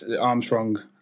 Armstrong